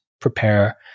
prepare